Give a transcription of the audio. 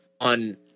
on